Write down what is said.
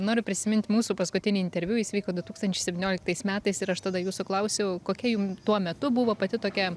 noriu prisimint mūsų paskutinį interviu jis vyko du tūkstančiai septynioliktais metais ir aš tada jūsų klausiau kokia jum tuo metu buvo pati tokia